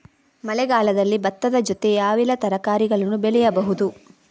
ಮಳೆಗಾಲದಲ್ಲಿ ಭತ್ತದ ಜೊತೆ ಯಾವೆಲ್ಲಾ ತರಕಾರಿಗಳನ್ನು ಬೆಳೆಯಬಹುದು?